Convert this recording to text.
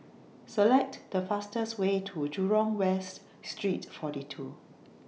Select The fastest Way to Jurong West Street forty two